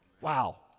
Wow